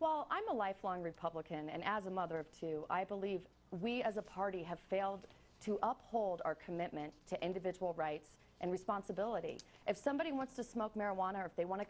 well i'm a lifelong republican and as a mother of two i believe we as a party have failed to uphold our commitment to individual rights and responsibility if somebody wants to smoke marijuana or if they wan